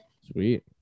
Sweet